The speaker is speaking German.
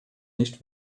nicht